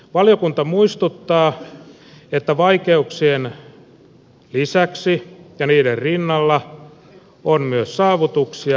valiokunta muistuttaa että vaikeuksien lisäksi ja niiden rinnalla on myös saavutuksia